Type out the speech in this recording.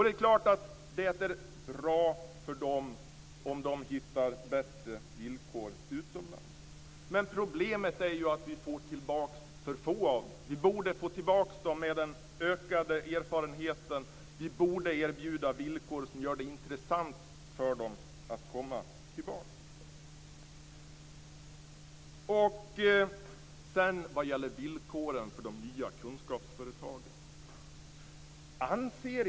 Det är klart att det är bra för dem om de hittar bättre villkor utomlands, men problemet är att vi får tillbaka för få av dem. Vi borde få tillbaka dem med de utökade erfarenheter som de fått. Vi borde erbjuda villkor som gör det intressant för dem att komma tillbaka. Sedan till villkoren för de nya kunskapsföretagen.